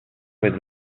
with